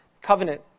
covenant